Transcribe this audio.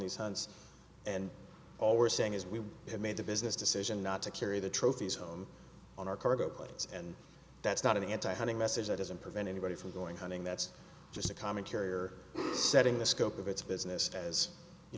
these hunts and all we're saying is we made a business decision not to carry the trophies home on our cargo planes and that's not an anti hunting message that doesn't prevent anybody from going hunting that's just a common carrier setting the scope of it's business as you